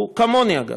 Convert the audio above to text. הוא, כמוני אגב,